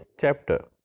chapter